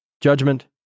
judgment